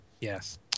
yes